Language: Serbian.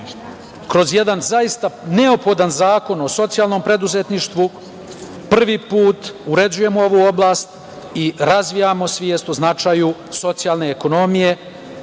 kroz jedan zaista neophodan Zakon o socijalnom preduzetništvu, prvi put uređujemo ovu oblast i razvijamo svest o značaju socijalne ekonomije